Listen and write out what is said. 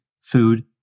food